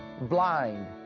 blind